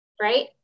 right